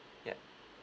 yup